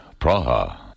Praha